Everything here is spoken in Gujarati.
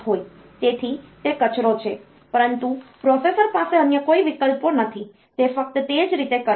તેથી તે કચરો છે પરંતુ પ્રોસેસર પાસે અન્ય કોઈ વિકલ્પો નથી તે ફક્ત તે જ રીતે કરશે